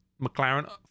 mclaren